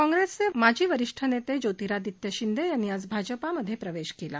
काँप्रेसचे माजी वरिष्ठ नेते ज्योतिरादित्य शिंदे यांनी आज भाजपमध्ये प्रवेश केला